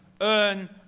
earn